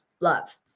love